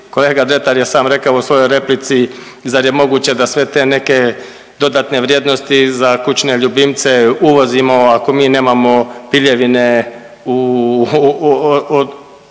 Kolega Dretar je sam rekao u svojoj replici zar je moguće da sve te neke dodatne vrijednosti za kućne ljubimce uvozimo ako mi nemamo piljevine, u,